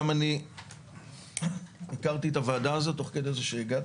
גם אני הכרתי את הוועדה הזאת תוך כדי זה שהגעתי